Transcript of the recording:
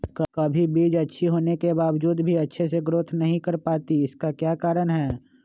कभी बीज अच्छी होने के बावजूद भी अच्छे से नहीं ग्रोथ कर पाती इसका क्या कारण है?